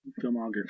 filmography